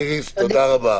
איריס, תודה רבה.